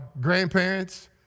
Grandparents